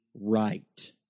right